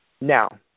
Now